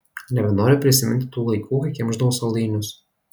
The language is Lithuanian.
nebenoriu prisiminti tų laikų kai kimšdavau saldainius